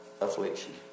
affliction